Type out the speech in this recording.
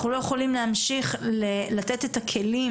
אנחנו לא יכולים להמשיך לתת את הכלים